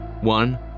One